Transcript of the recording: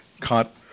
caught